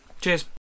cheers